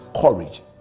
courage